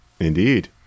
Indeed